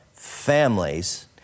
families